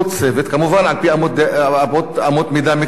כמובן על-פי אמות מידה מקצועיות,